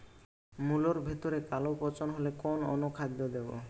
মুলোর ভেতরে কালো পচন হলে কোন অনুখাদ্য দেবো?